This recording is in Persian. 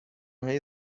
های